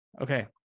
Okay